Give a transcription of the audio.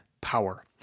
power